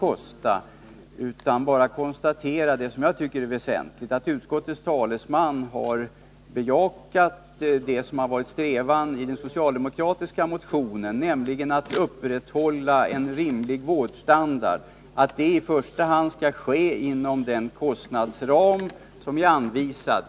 Jag skall bara konstatera det som jag tycker är väsentligt, nämligen att utskottets talesman har bejakat vad som har varit strävan i den socialdemokratiska motionen: Upprätthållandet av en rimlig vårdstandard skall i första hand ske inom den kostnadsram som är anvisad.